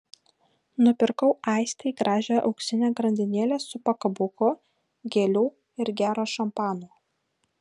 nupirkau aistei gražią auksinę grandinėlę su pakabuku gėlių ir gero šampano